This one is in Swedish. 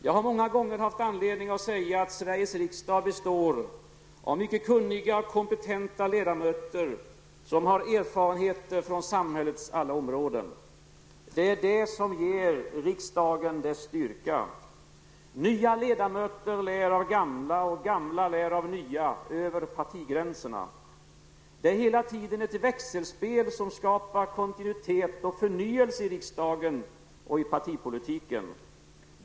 Jag har många gånger haft anlednng att säga, att Sveriges riksdag består av mycket kunniga och kompetenta ledamöter, som har erfarenheter från samhällets alla områden. Det är det som ger riksdagen dess styrka. Nya ledamöter lär av gamla och gamla lär av nya, över partigränserna. Det är hela tiden ett växelspel som skapar kontinuitet och förnyelse i riksdagen och i partipolitiken.